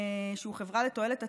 שהוא חברה לתועלת הציבור,